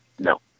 no